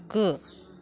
गु